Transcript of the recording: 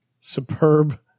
superb